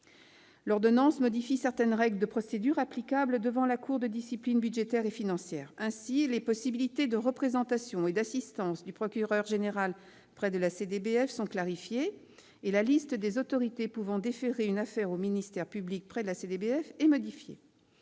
L'ordonnance modifie certaines règles de procédures applicables devant la Cour de discipline budgétaire et financière. Ainsi, les possibilités de représentation et d'assistance du procureur général près la CDBF sont clarifiées et la liste des autorités pouvant déférer une affaire au ministère public près cette cour est modifiée.